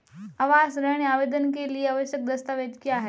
आवास ऋण आवेदन के लिए आवश्यक दस्तावेज़ क्या हैं?